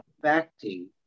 affecting